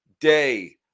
day